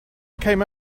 came